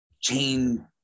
chain